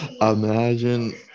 imagine